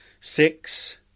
six